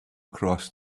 across